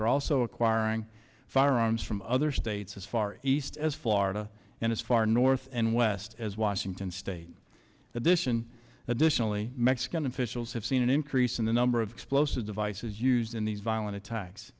are also acquiring firearms from other states as far east as florida and as far north and west as washington state that this isn't that this only mexican officials have seen an increase in the number of explosive devices used in these violent attacks